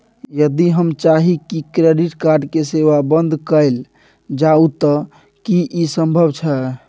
यदि हम चाही की क्रेडिट कार्ड के सेवा बंद कैल जाऊ त की इ संभव छै?